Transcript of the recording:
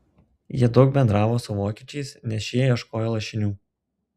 jie daug bendravo su vokiečiais nes šie ieškojo lašinių